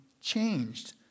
changed